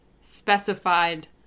specified